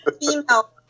female